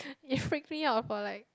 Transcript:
it freaked me out for like